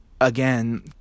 again